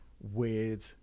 weird